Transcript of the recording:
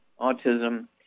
autism